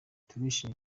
turishimye